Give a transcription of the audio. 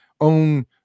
own